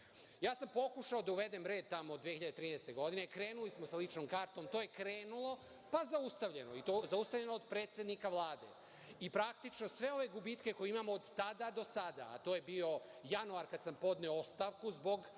Ja sam pokušao da uvedem red tamo 2013. godine. Krenuli smo sa ličnom kartom, to je krenulo, pa zaustavljeno, i to zaustavljeno od predsednika Vlade. Praktično, sve ove gubitke koje imamo od tada do sada, a to je bio januar kada sam podneo ostavku zbog